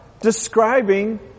describing